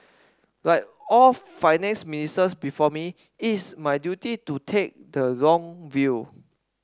like all Finance Ministers before me it is my duty to take the long view